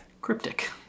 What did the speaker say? Cryptic